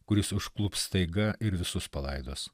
kuris užklups staiga ir visus palaidos